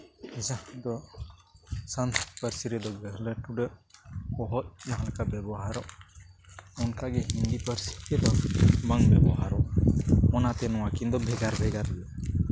ᱡᱟᱦᱟᱸ ᱫᱚ ᱥᱟᱱᱛᱟᱲᱤ ᱯᱟᱹᱨᱥᱤ ᱨᱮ ᱜᱟᱹᱦᱞᱟᱹ ᱴᱩᱰᱟᱹᱜ ᱚᱦᱚᱫ ᱡᱟᱦᱟᱸ ᱞᱮᱠᱟ ᱵᱮᱵᱚᱦᱟᱨᱚᱜ ᱚᱱᱠᱟᱜᱮ ᱦᱤᱱᱫᱤ ᱯᱟᱹᱨᱥᱤ ᱨᱮᱫᱚ ᱵᱟᱝ ᱵᱮᱵᱚᱦᱟᱨᱚᱜᱼᱟ ᱚᱱᱟᱛᱮ ᱱᱚᱣᱟ ᱠᱤᱱ ᱫᱚ ᱵᱷᱮᱜᱟᱨ ᱵᱷᱮᱜᱟᱨ ᱜᱮᱭᱟ